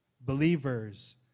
believers